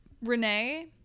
Renee